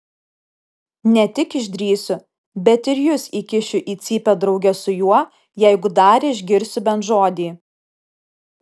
ne tik išdrįsiu bet ir jus įkišiu į cypę drauge su juo jeigu dar išgirsiu bent žodį